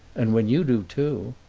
and when you do, too.